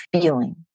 feeling